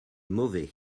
mauvais